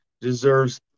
deserves